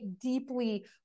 deeply